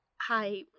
hi